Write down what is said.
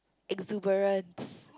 exuberance